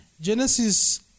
Genesis